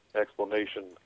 explanation